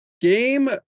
Game